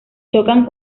chocan